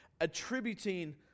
attributing